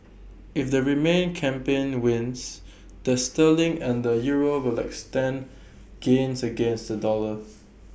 if the remain campaign wins the sterling and the euro will extend gains against the dollar